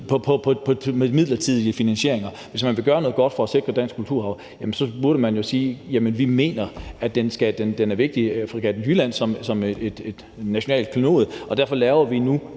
af midlertidige finansieringer. Hvis man vil gøre noget godt for at sikre dansk kulturarv, bør man jo sige, at man mener, at Fregatten Jylland er vigtig som et nationalt klenodie, og at man derfor nu